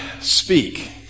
speak